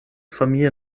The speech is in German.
familie